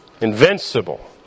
invincible